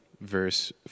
verse